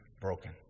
broken